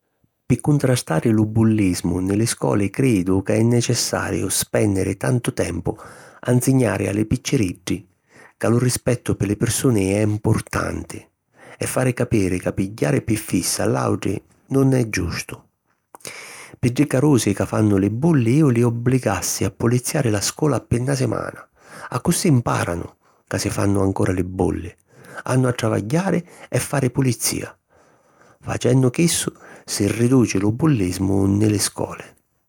Pi cuntrastari lu bullìsimu nni li scoli cridu ca è necessariu spènniri tantu tempu a nsignari a li picciriddi ca lu rispettu pi li pirsuni è mpurtanti e fari capiri ca pigghiari pi fissa a l’àutri nun è giustu. Pi ddi carusi ca fannu li bulli iu li obbligassi a puliziari la scola pi na simana accussì mpàranu ca si fannu ancora li bulli, hannu a travagghiari e fari pulizìa. Facennu chissu, si riduci lu bullìsimu nni li scoli.